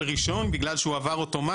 ראשון בגלל שהוא עבר אוטומטית למשלים שב"ן.